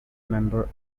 member